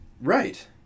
Right